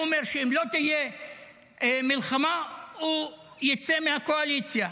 הוא אומר שאם לא תהיה מלחמה הוא יצא מהקואליציה,